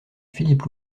philippe